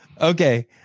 Okay